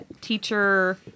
teacher